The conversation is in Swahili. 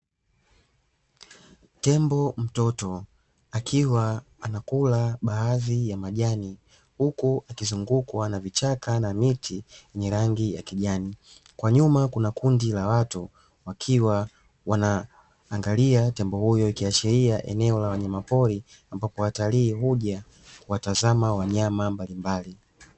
Tembo mtoto akiwa anakula baadhi ya majani, huku akizungukwa na vichaka na miti yenye rangi ya kijani, kwa nyuma kuna kundi la watu wakiwa wanaangalia tembo huyo, ikiashiria ni eneo la wanyamapori, ambapo watalii huja kuwatazama wanyama mbalimbali.